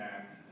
Act